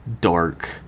dark